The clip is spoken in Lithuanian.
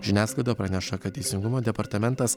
žiniasklaida praneša kad teisingumo departamentas